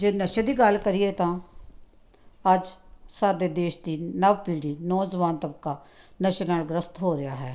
ਜੇ ਨਸ਼ੇ ਦੀ ਗੱਲ ਕਰੀਏ ਤਾਂ ਅੱਜ ਸਾਡੇ ਦੇਸ਼ ਦੀ ਨਵ ਪੀੜ੍ਹੀ ਨੌਜਵਾਨ ਤਬਕਾ ਨਸ਼ੇ ਨਾਲ ਗ੍ਰਸਤ ਹੋ ਰਿਹਾ ਹੈ